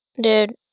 Dude